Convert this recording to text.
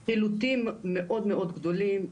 זה אומר חילוטים מאוד מאוד גדולים,